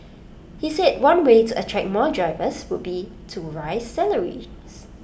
he said one way to attract more drivers would be to raise salaries